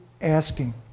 asking